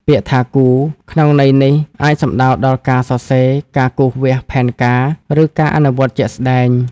ពាក្យថា «គូរ» ក្នុងន័យនេះ អាចសំដៅដល់ការសរសេរ ការគូសវាសផែនការ ឬការអនុវត្តជាក់ស្តែង។